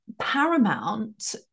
paramount